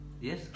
Yes